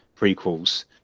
prequels